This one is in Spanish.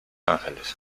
ángeles